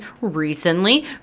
recently